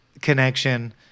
connection